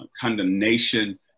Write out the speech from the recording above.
condemnation